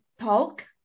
talk